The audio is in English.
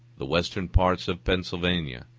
the western parts of pennsylvania,